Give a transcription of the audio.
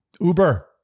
Uber